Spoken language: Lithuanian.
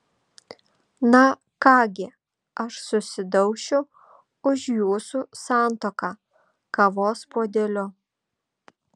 na ką gi aš susidaušiu už jūsų santuoką kavos puodeliu